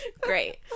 great